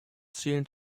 zählen